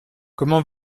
comment